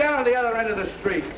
down on the other end of the street